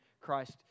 Christ